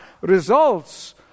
results